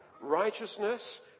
righteousness